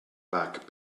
back